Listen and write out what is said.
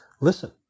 listen